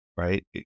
right